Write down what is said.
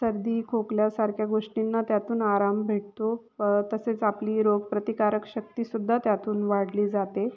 सर्दी खोकल्यासारख्या गोष्टींना त्यातून आराम भेटतो तसेच आपली रोग प्रतिकारक शक्ती सुद्धा त्यातून वाढली जाते